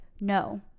no